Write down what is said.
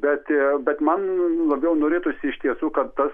bet bet man labiau norėtųsi iš tiesų kad tas